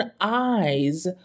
eyes